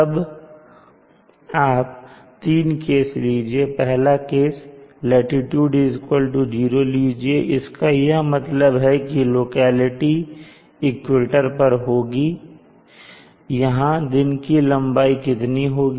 तब आप 3 केस लीजिए पहला केस लाटीट्यूड 0 लीजिए इसका यह मतलब है कि लोकेलिटी इक्वेटर पर होगी ϕ0 यहां दिन की लंबाई कितनी होगी